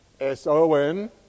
S-O-N